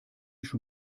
schon